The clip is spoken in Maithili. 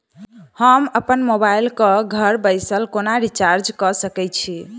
हम अप्पन मोबाइल कऽ घर बैसल कोना रिचार्ज कऽ सकय छी?